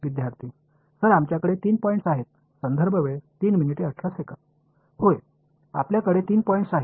विद्यार्थी सर आमच्याकडे तीन पॉईंट्स आहेत होय आपल्याकडे तीन पॉईंट्स आहेत